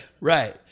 Right